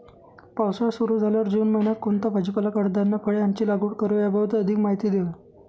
पावसाळा सुरु झाल्यावर जून महिन्यात कोणता भाजीपाला, कडधान्य, फळे यांची लागवड करावी याबाबत अधिक माहिती द्यावी?